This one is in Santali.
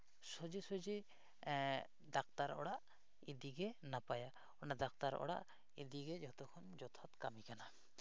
ᱥᱚᱡᱷᱮᱼᱥᱚᱡᱷᱮ ᱰᱟᱠᱛᱟᱨ ᱚᱲᱟᱜ ᱤᱫᱤᱜᱮ ᱱᱟᱯᱟᱭᱟ ᱚᱱᱟ ᱰᱟᱠᱛᱟᱨ ᱚᱲᱟᱜ ᱤᱫᱤᱜᱮ ᱡᱷᱚᱛᱚ ᱠᱷᱚᱱ ᱡᱚᱛᱷᱟᱛ ᱠᱟᱹᱢᱤ ᱠᱟᱱᱟ